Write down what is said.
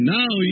now